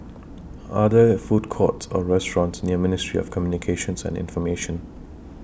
Are There Food Courts Or restaurants near Ministry of Communications and Information